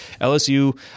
LSU